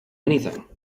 anything